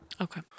Okay